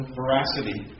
veracity